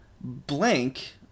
Blank